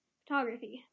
photography